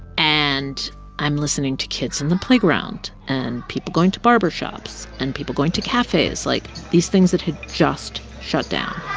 and i'm listening to kids in the playground and people going to barbershops and people going to cafes like, these things that had just shut down